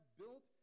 built